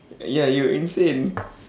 y~ ya you insane